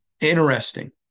interesting